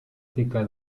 thicker